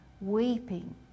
weeping